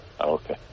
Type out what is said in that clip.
Okay